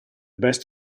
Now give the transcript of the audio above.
best